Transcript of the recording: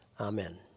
Amen